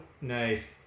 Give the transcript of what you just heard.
Nice